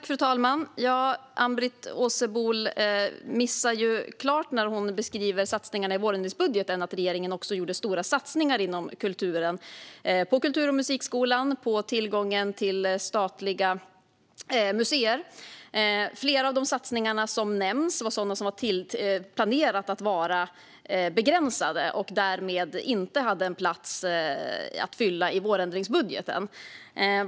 Fru talman! Ann-Britt Åsebol missar klart när hon beskriver satsningarna i vårändringsbudgeten. Regeringen gjorde också stora satsningar inom kulturen. Det var satsningar på kultur och musikskolan och tillgången till statliga museer. Flera av de satsningar som nämns var sådana som var planerade att vara begränsade. De hade därmed inte en plats att fylla i vårändringsbudgeten.